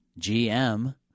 GM